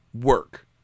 work